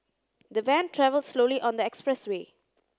the van travelled slowly on the expressway